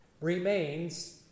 remains